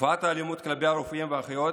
תופעת האלימות כלפי הרופאים והאחיות